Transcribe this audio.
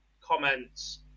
comments